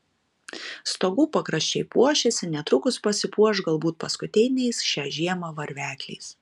stogų pakraščiai puošiasi netrukus pasipuoš galbūt paskutiniais šią žiemą varvekliais